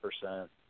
percent